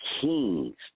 Kings